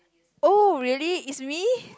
oh really is me